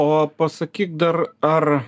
o pasakyk dar ar